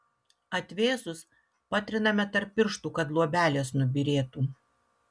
atvėsus patriname tarp pirštų kad luobelės nubyrėtų